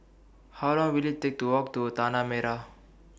How Long Will IT Take to Walk to Tanah Merah